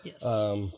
Yes